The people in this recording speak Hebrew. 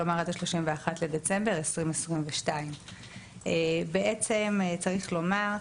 כלומר עד ה-31 בדצמבר 2022. בעצם צריך לומר,